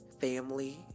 family